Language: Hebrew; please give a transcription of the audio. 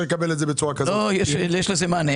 לא, יש לזה מענה.